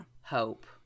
hope